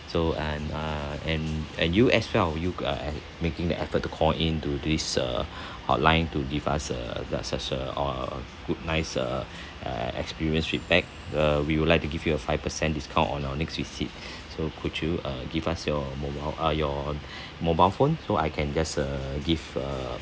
so and uh and and you as well you uh making the effort to call in to this uh hotline to give us a the such a uh good nice uh uh experience feedback uh we would like to give you a five percent discount on your next visit so could you uh give us your mobile uh your mobile phone so I can just err give err